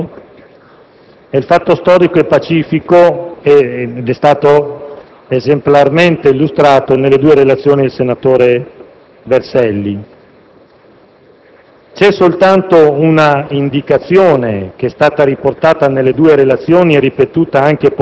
La prima questione riguarda la ricostruzione del fatto storico, che è pacifico, ed è stato esemplarmente illustrato nelle due relazioni del senatore Berselli.